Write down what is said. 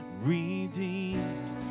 redeemed